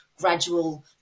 gradual